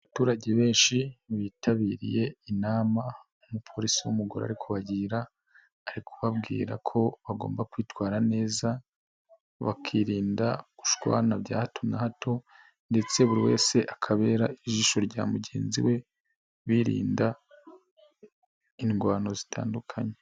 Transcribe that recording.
Abaturage benshi, bitabiriye inama, umupolisi w'umugore arikogira, ari kubabwira ko bagomba kwitwara neza, bakirinda gushwana bya hato na hato ndetse buri wese akabera ijisho rya mugenzi we, birinda indwano zitandukanye.